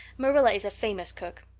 marilla is a famous cook.